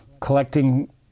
collecting